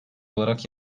olarak